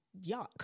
Yuck